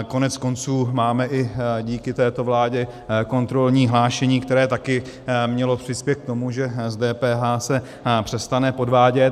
Koneckonců máme i díky této vládě kontrolní hlášení, které taky mělo přispět k tomu, že s DPH se přestane podvádět.